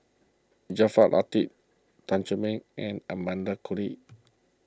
Jaafar Latiff Tan Che Mang and Amanda Koe Lee